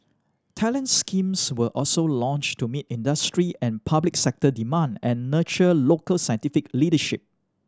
talent schemes were also launched to meet industry and public sector demand and nurture local scientific leadership